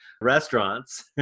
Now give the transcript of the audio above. restaurants